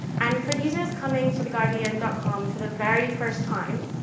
and, for users coming to theguardian dot com for the very first time,